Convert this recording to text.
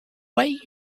way